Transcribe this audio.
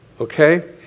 Okay